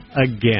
again